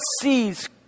sees